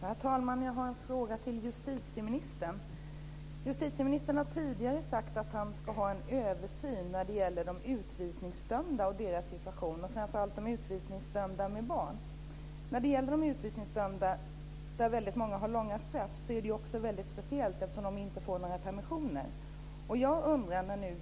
Herr talman! Jag har en fråga till justitieministern. Justitieministern har tidigare sagt att man ska göra en översyn när det gäller de utvisningsdömda och deras situation, framför allt när det gäller de utvisningsdömda som har barn. Väldigt många av de utvisningsdömda är dömda till långa straff. Det som är väldigt speciellt med dem är att de inte får några permissioner.